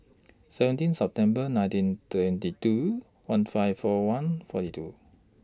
seventeen September nineteen twenty two one five four one forty two